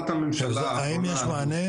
האם יש מענה?